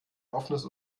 offenes